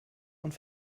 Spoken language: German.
und